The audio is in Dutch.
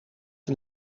een